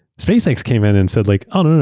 spacex came in and said like, oh, no,